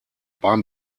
beim